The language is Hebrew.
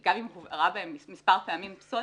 גם אם הובערה בהם מספר פעמים פסולת,